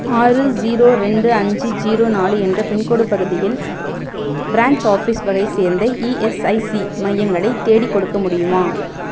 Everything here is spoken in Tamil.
ஆறு ஸீரோ ரெண்டு அஞ்சு ஜீரோ நாலு என்ற பின்கோடு பகுதியில் பிரான்ச் ஆஃபீஸ் வகையைச் சேர்ந்த இஎஸ்ஐசி மையங்களை தேடிக்கொடுக்க முடியுமா